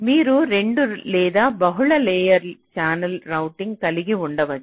మీరు రెండు లేదా బహుళ లేయర్ ఛానల్ రౌటింగ్ కలిగి ఉండవచ్చు